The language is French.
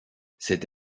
cette